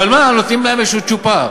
אבל מה, נותנים להם איזה צ'ופר.